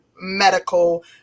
medical